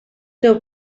teu